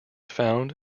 found